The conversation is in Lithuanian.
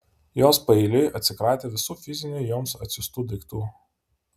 jos paeiliui atsikratė visų fizinių joms atsiųstų daiktų